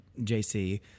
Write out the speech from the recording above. JC